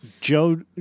Joe